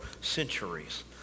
centuries